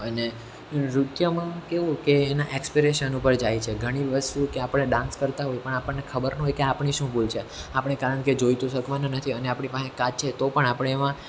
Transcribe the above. અને નૃત્યમાં કેવું કે એના એક્સપ્રેશન ઉપર જાય છે ઘણી વાર શું કે આપણે ડાન્સ કરતા હોઈ પણ આપણને ખબર ન હોય કે આપણી શું ભૂલ છે આપણે કારણ કે જોઈ તો શકવાના નથી અને આપણી પાસે કાચ છે તો પણ આપણે એમાં